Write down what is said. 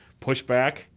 pushback